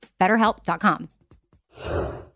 Betterhelp.com